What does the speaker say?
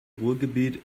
ruhrgebiet